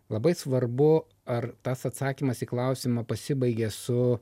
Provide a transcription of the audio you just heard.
labai svarbu ar tas atsakymas į klausimą pasibaigia su